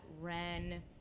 Ren